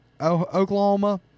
Oklahoma